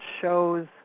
shows